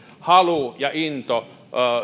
halu ja into